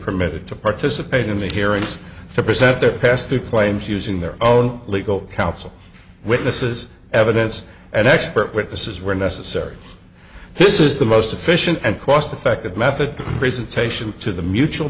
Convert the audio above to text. permitted to participate in the hearings to present their past their claims using their own legal counsel witnesses evidence and expert witnesses were necessary this is the most efficient and cost effective method to presentation to the mutual